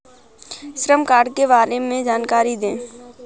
श्रम कार्ड के बारे में जानकारी दें?